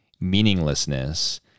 meaninglessness